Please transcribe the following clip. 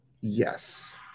yes